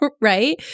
right